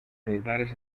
militares